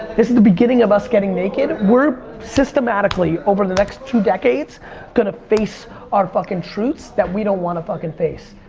this is the beginning of us getting naked. we're systematically over the next two decades gonna face our fucking truths that we don't want to fucking face.